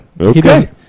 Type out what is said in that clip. Okay